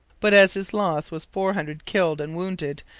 but as his loss was four hundred killed and wounded,